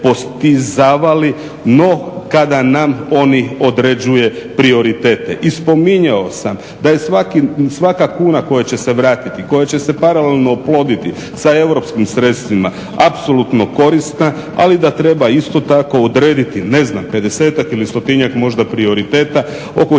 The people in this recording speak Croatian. postizavali no kada nam oni određuju prioritete i spominjao sam da je svaka kuna koja će se vratiti, koja će se paralelno oploditi sa Europskim sredstvima apsolutno korisna ali da treba isto tako odrediti ne znam 50-tak ili 100-njak možda prioriteta oko